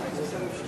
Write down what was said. הכנסת